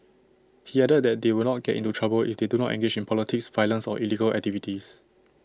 he added that they would not get into trouble if they do not engage in politics violence or illegal activities